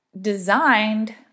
designed